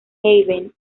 haven